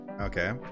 Okay